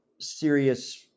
serious